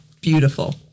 beautiful